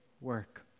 work